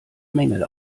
mängel